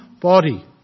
body